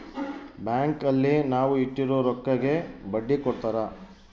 bank ಅಲ್ಲಿ ನಾವ್ ಇಟ್ಟಿರೋ ರೊಕ್ಕಗೆ ಬಡ್ಡಿ ಕೊಡ್ತಾರ